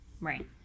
Right